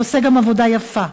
ועושה עבודה יפה.